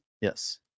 Yes